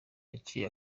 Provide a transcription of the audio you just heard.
yaciye